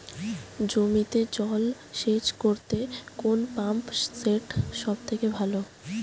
জমিতে জল সেচ করতে কোন পাম্প সেট সব থেকে ভালো?